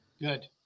good